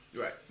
Right